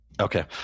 Okay